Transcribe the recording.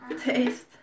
taste